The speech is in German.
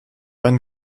ein